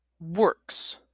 works